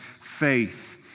faith